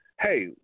hey